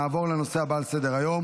נעבור לנושא הבא על סדר-היום,